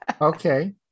Okay